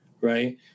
right